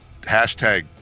Hashtag